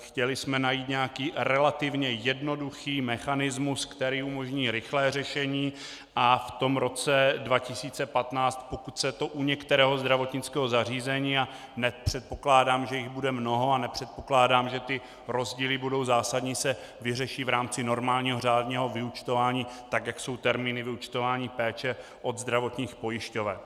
Chtěli jsme najít nějaký relativně jednoduchý mechanismus, který umožní rychlé řešení, a v roce 2015, pokud se to u některého zdravotnického zařízení, a nepředpokládám, že jich bude mnoho, a nepředpokládám, že rozdíly budou zásadní, se to vyřeší v rámci normálního řádného vyúčtování, jak jsou termíny vyúčtování péče od zdravotních pojišťoven.